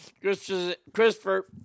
Christopher